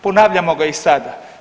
Ponavljamo ga i sada.